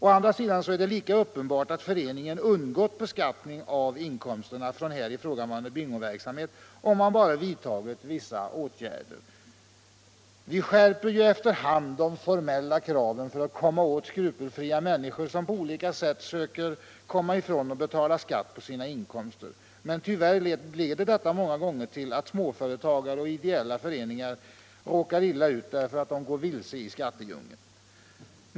Å andra sidan är det lika uppenbart att föreningen hade undgått beskattning av inkomsterna från här ifrågavarande bingoverksamhet, om man bara vidtagit vissa åtgärder. Vi skärper ju efter hand de formella kraven för att komma åt skrupelfria människor, som på olika sätt söker undgå att betala skatt på sina inkomster. Men tyvärr leder detta många gånger till att småföretagare och ideella föreningar råkar illa ut därför att de går vilse i skattedjungeln.